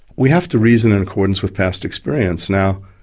we have to reason in accordance with past experience. now,